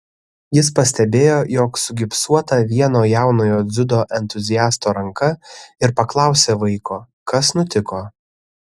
jis pastebėjo jog sugipsuota vieno jaunojo dziudo entuziasto ranka ir paklausė vaiko kas nutiko